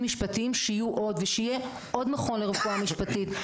משפטיים שיהיו עוד ושיהיה עוד מכון לרפואה משפטית.